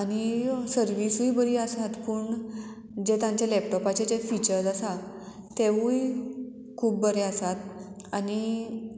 आनी सर्विसूय बरी आसात पूण जे तांचे लॅपटॉपाचे जे फिचर्स आसा तेवूय खूब बरे आसात आनी